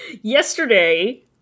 yesterday